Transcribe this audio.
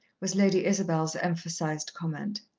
was lady isabel's emphasized comment.